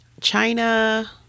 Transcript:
China